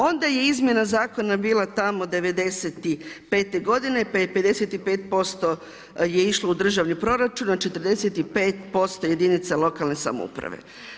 Onda je izmjena zakona bila tamo '95. godine pa je 55% išlo u državni proračun, a 45% jedinica lokalne samouprave.